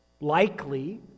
Likely